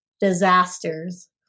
disasters